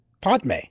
padme